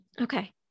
Okay